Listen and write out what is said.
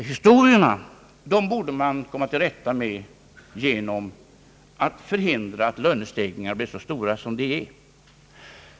Han ansåg att man borde komma till rätta med kostnadsproblemet genom att förhindra att lönerna blir så stora som de är.